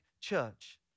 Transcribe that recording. Church